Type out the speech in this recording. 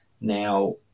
Now